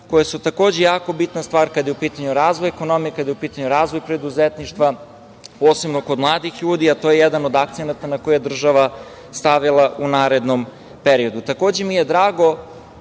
koje su takođe jako bitna stvar kada je u pitanju razvoj ekonomije, kada je u pitanju razvoj preduzetništva, posebno kod mladih ljudi, a to je jedan od akcenata koje je država stavila u narednom periodu. Takođe